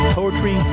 poetry